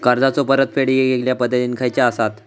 कर्जाचो परतफेड येगयेगल्या पद्धती खयच्या असात?